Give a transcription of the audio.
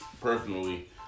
personally